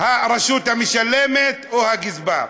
הרשות המשלמת או הגזבר.